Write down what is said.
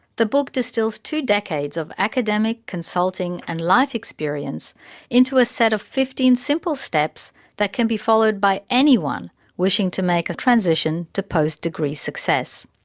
the book distils two decades of academic, consulting and life experience into a set of fifteen simple steps that can be followed by anyone wishing to make a transition to post-degree success.